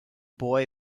boy